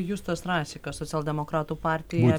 justas rasikas socialdemokratų partija